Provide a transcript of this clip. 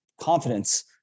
confidence